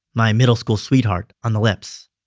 my middle school sweetheart, on the lips.